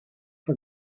for